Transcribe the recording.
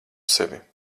sevi